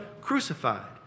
crucified